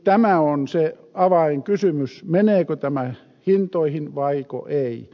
tämä on se avainkysymys meneekö tämä hintoihin vai ei